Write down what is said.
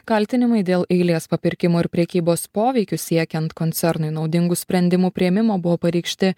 kaltinimai dėl eilės papirkimo ir prekybos poveikiu siekiant koncernui naudingų sprendimų priėmimo buvo pareikšti